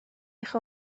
eich